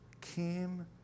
came